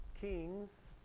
kings